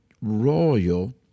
royal